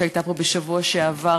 שהייתה פה בשבוע שעבר,